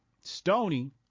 Stoney